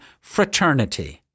fraternity